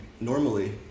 normally